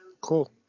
Cool